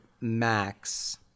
Max